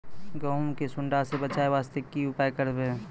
गहूम के सुंडा से बचाई वास्ते की उपाय करबै?